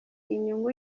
inyungu